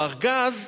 בארגז,